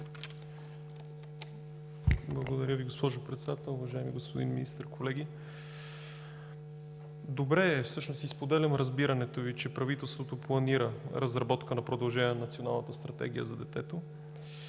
Благодаря Ви, госпожо Председател! Уважаеми господин Министър, колеги! Споделям разбирането Ви, че правителството планира разработка на продължение на Националната стратегия за детето.